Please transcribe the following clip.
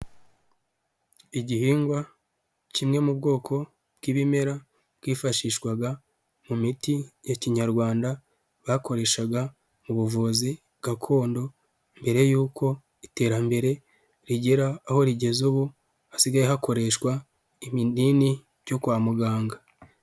Igihingwa kimwe mu bwoko bw'ibimera byifashishwaga mu miti ya Kinyarwanda bakoreshaga mu ubuvuzi gakondo, mbere y'uko iterambere rigera aho rigeze ubu hasigaye hakoreshwa ibinini byo kwa muganga.